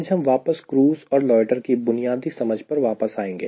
आज हम वापस क्रूज़ और लोयटर की बुनियादी समझ पर वापस जाएंगे